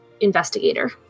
investigator